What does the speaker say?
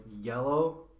yellow